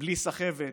בלי סחבת,